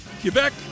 Quebec